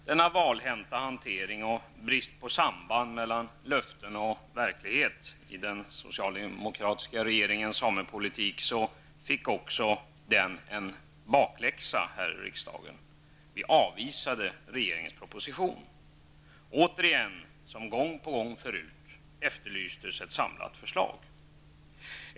Denna valhänta hantering och brist på samband mellan löften och verklighet i den socialdemokratiska regeringens samepolitik, fick också bakläxa. Återigen -- som gång på gång förut -- efterlystes ett samlat förslag.